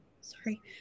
sorry